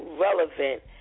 relevant